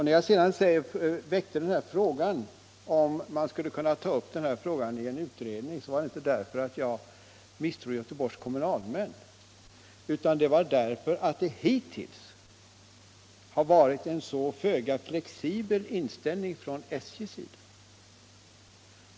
När jag reste frågan om man skulle kunna ta upp det här i en utredning, så var det inte därför att jag skulle misstro Göteborgsregionens kommunalmän, utan det var därför att det hittills visats en så föga flexibel inställning från SJ:s sida.